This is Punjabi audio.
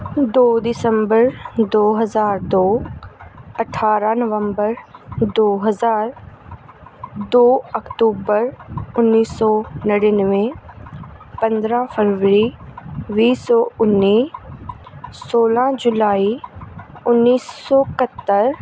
ਦੋ ਦਿਸੰਬਰ ਦੋ ਹਜ਼ਾਰ ਦੋ ਅਠਾਰਾਂ ਨਵੰਬਰ ਦੋ ਹਜ਼ਾਰ ਦੋ ਅਕਤੂਬਰ ਉੱਨੀ ਸੌ ਨੜ੍ਹਿਨਵੇਂ ਪੰਦਰਾਂ ਫਰਵਰੀ ਵੀਹ ਸੌ ਉੱਨੀ ਸੋਲ੍ਹਾਂ ਜੁਲਾਈ ਉੱਨੀ ਸੌ ਇਕਹੱਤਰ